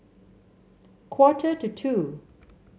quarter to two